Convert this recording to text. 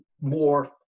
more